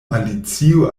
alicio